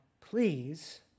please